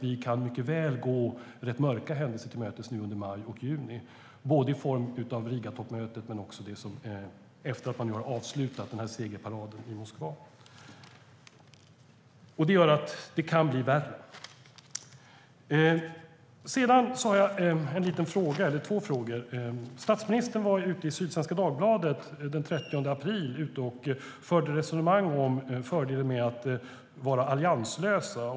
Vi kan mycket väl gå rätt mörka händelser till mötes under maj och juni i form av Rigatoppmötet och vad som kommer att hända efter den avslutade segerparaden i Moskva. Det kan bli värre. Jag har två frågor. Statsministern uttalade sig i Sydsvenska Dagbladet den 30 april. Han förde resonemang om fördelen med att vara allianslös.